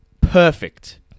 Perfect